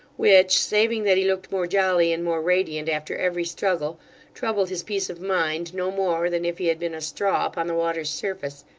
which saving that he looked more jolly and more radiant after every struggle troubled his peace of mind no more than if he had been a straw upon the water's surface,